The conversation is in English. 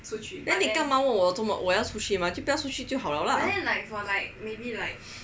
then 你干问我要出去嘛就不要出去好了啦